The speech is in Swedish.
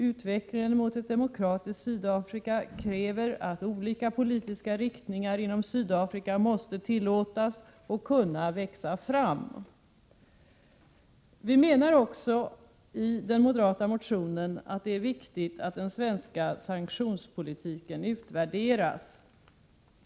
Utvecklingen mot ett demokratiskt Sydafrika kräver att olika politiska riktningar inom Sydafrika måste tillåtas och kunna växa fram. Vi menar också i den moderata motionen att det är viktigt att den svenska sanktionspolitiken utvärderas.